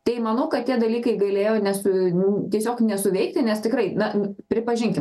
tai manau kad tie dalykai galėjo nesu tiesiog nesuveikti nes tikrai na pripažinkim